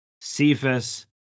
Cephas